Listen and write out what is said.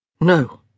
No